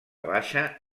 baixa